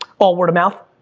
all word of mouth?